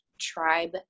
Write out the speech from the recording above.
tribe